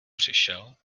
přišel